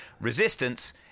resistance